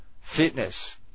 Fitness